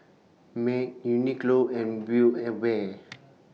Mac Uniqlo and Build A Bear